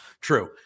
true